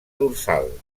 dorsal